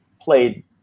played